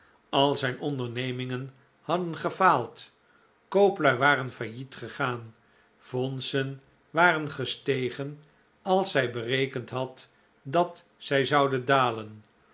al zijn ondernemingen hadden gefaald kooplui waren failliet gegaan fondsen waren gestegen als hij berekend had dat zij zouden dalen